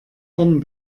vorn